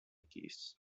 keys